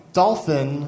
dolphin